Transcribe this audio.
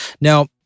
Now